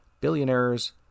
Billionaires